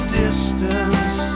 distance